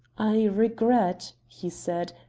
i regret, he said,